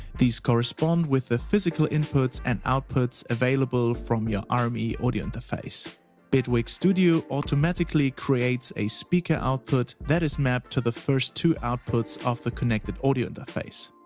these correspond with the physical inputs and outputs available from your um rme audio interface. bitwig studio automatically creates a speaker output that is mapped to the first two outputs of the connected audio interface.